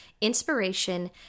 inspiration